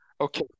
Okay